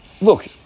look